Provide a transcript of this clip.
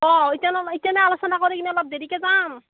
অঁ এতিয়া নহ'লে এতিয়ানো আলোচনা কৰি কিনি অলপ দেৰিকে যাম